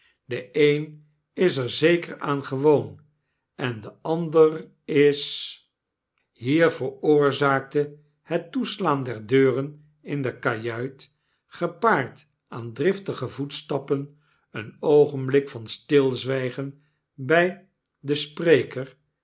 de een is er zeker aangewoon en de ander is hier veroorzaakte het toeslaan der deuren in de kajuit gepaard aan driftige voetstappen een oogenblik van stilzwygen by den spreker